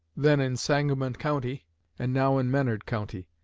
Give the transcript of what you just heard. then in sangamon county and now in menard county,